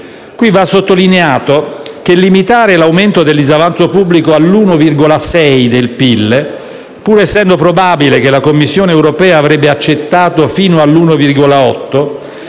Va sottolineato che limitare l'aumento del disavanzo pubblico all'1,6 per cento del PIL, pur essendo probabile che la Commissione europea avrebbe accettato fino all'1,8